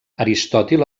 aristòtil